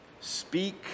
Speak